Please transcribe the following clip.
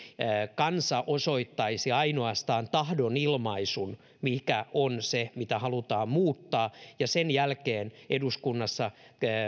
kansa osoittaisi ainoastaan tahdonilmaisun siitä mikä on se mitä halutaan muuttaa ja sen jälkeen eduskunnassa